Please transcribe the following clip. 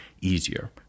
easier